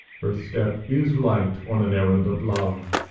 her step is light on an errand of love,